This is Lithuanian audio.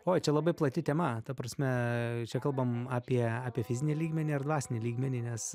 oi čia labai plati tema ta prasme čia kalbam apie apie fizinį lygmenį ar dvasinį lygmenį nes